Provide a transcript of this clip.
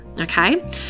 okay